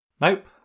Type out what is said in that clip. Nope